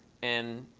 in